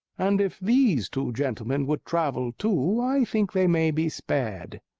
and if these two gentlemen would travel too, i think they may be spared.